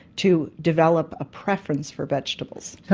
to develop a preference for vegetables.